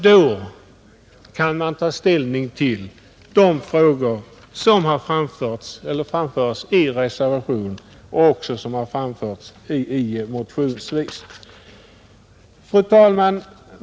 Då kan man ta ställning till de frågor som framförs i reservationen och som också framförts motionsvis. Fru talman!